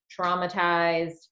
traumatized